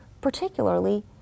particularly